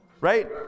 Right